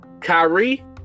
Kyrie